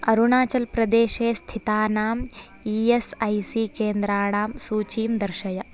अरुणाचलप्रदेशे स्थितानां E S I C केन्द्राणां सूचीं दर्शय